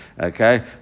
okay